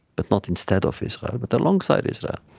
but not instead of israel, but alongside israel